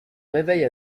réveille